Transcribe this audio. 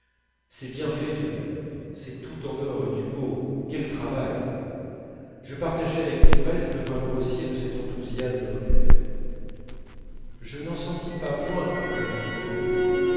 bien fait tout de même c'est tout en or et du beau quel travail je partageai avec ivresse le vin grossier de cet enthousiasme populaire je n'en sentis pas moins le rideau tombé